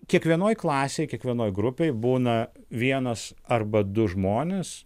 kiekvienoj klasėj kiekvienoj grupėj būna vienas arba du žmonės